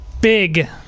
big